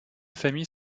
famille